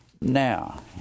Now